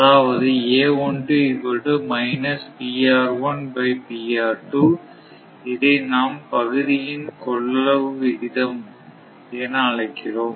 அதாவது இதை நாம் பகுதியின் கொள்ளளவு விகிதம் என அழைக்கிறோம்